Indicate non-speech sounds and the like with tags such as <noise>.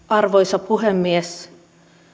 <unintelligible> arvoisa puhemies